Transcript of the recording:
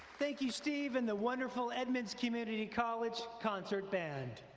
thank you steve, and the wonderful edmonds community college concert band!